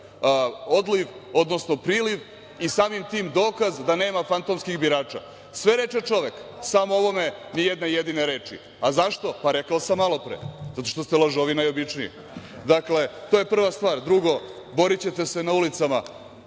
odliv, odnosno priliv, i samim tim dokaz da nema fantomskih birača. Sve reče čovek, samo o ovome ni jedne jedine reči. A zašto? Pa, rekao sam malopre, zato što ste lažovi najobičniji. To je prva stvar. Drugo, borićete se na ulicama.